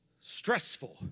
stressful